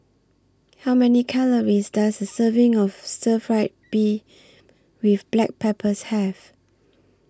How Many Calories Does A Serving of Stir Fried Beef with Black Pepper Have